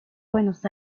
buenos